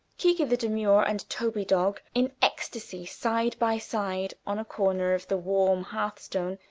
kiki-the-demure and toby-dog, in ecstasy, side by side on a corner of the warm hearth-stone,